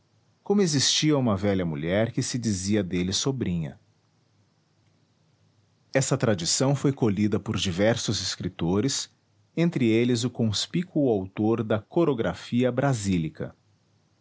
como existia uma velha mulher que se dizia dele sobrinha essa tradição foi colhida por diversos escritores entre eles o conspícuo autor da corografia brasílica